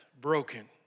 broken